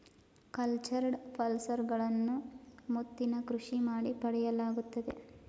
cultured pearls ಗಳನ್ನು ಮುತ್ತಿನ ಕೃಷಿ ಮಾಡಿ ಪಡೆಯಲಾಗುತ್ತದೆ